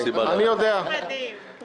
אני נותן לו עשר דקות אם הוא רוצה.